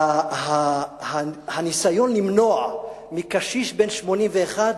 הניסיון למנוע מקשיש בן 81,